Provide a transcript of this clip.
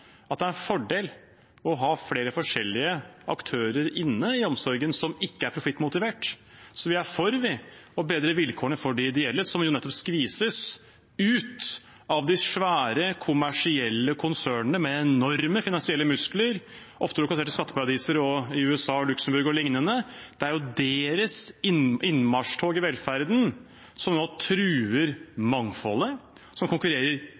at det er en fordel å ha flere forskjellige aktører inne i omsorgen som ikke er profittmotivert. Vi er for å bedre vilkårene for de ideelle, som nettopp skvises ut av de svære kommersielle konsernene med enorme finansielle muskler, ofte lokalisert i skatteparadiser, USA, Luxembourg og lignende. Det er deres innmarsj i velferden som nå truer mangfoldet, som konkurrerer